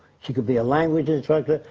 she could be a language instructor,